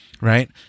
Right